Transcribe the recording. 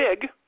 big